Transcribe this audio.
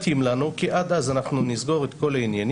זה מתאים להם כי עד אז הם יסגרו את כל העניינים,